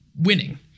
winning